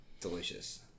delicious